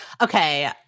Okay